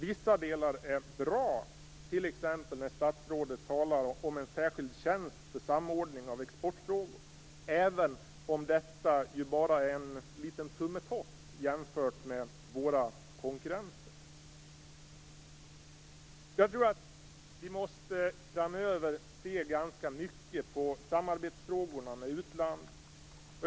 Vissa delar är bra, t.ex. när statsrådet talar om en särskild tjänst för samordning av exportfrågor, även om detta ju bara är en liten tummetott jämfört med våra konkurrenter. Jag tror att vi framöver måste se ganska mycket på samarbetet med utlandet.